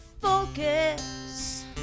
focus